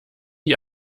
die